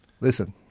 listen